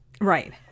Right